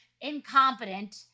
incompetent